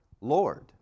Lord